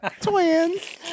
Twins